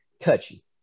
touchy